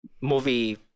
movie